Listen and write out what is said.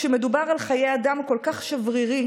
כשמדובר על חיי אדם כל כך שברירי,